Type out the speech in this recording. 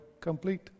complete